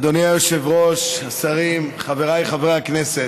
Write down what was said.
אדוני היושב-ראש, השרים, חבריי חברי הכנסת,